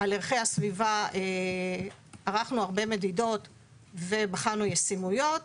על ערכי הסביבה ערכנו מדידות ובחנו ישימויות.